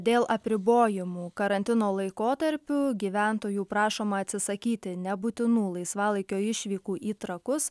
dėl apribojimų karantino laikotarpiu gyventojų prašoma atsisakyti nebūtinų laisvalaikio išvykų į trakus